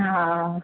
हा